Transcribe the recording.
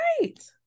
right